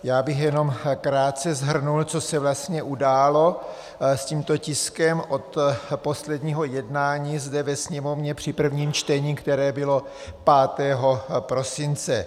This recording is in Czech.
Já bych jenom krátce shrnul, co se vlastně událo s tímto tiskem od posledního jednání zde ve Sněmovně při prvním čtení, které bylo 5. prosince.